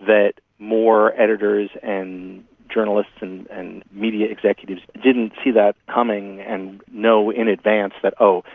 that more editors and journalists and and media executives didn't see that coming and know in advance that, oh,